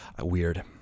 Weird